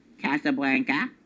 Casablanca